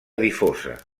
difosa